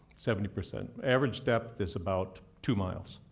seventy percent. average depth is about two miles.